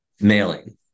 mailing